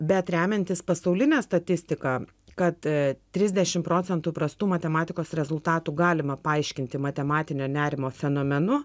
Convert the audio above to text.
bet remiantis pasauline statistika kad trisdešimt procentų prastų matematikos rezultatų galima paaiškinti matematinio nerimo fenomenu